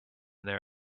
their